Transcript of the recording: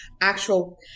actual